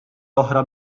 oħra